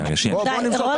לא.